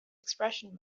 expression